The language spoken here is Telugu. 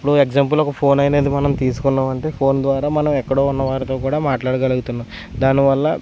ఇప్పుడూ ఎగ్జాంపుల్గా ఒక ఫోన్ అనేది మనం తీసుకున్నాము అంటే ఫోన్ ద్వారా మనం ఎక్కడో ఉన్న వారితో కూడా మాట్లాడగలుగుతున్నాము దానివల్ల